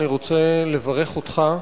אני רוצה לברך אותך.